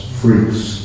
freaks